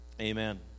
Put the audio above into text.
Amen